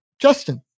Justin